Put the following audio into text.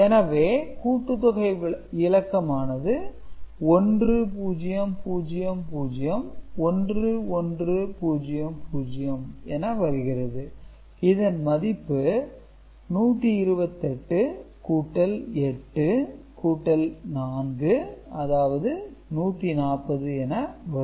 எனவே கூட்டுத்தொகை விளக்கமானது 1 0 0 0 1 1 0 0 என வருகிறது இதன் மதிப்பு 128 கூட்டல் 8 கூட்டல் 4 அதாவது 140 என வரும்